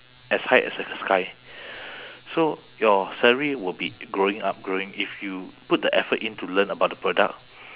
as high as the sky so your salary will be growing up growing if you put the effort in to learn about the product